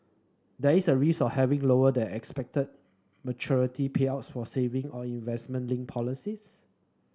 there is a risk of having lower than expected maturity payouts for saving or investment linked policies